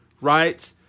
right